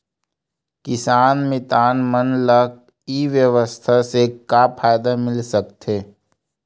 किसान मितान मन ला ई व्यवसाय से का फ़ायदा मिल सकथे?